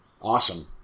awesome